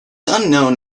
unknown